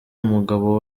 umugabo